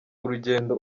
urugendo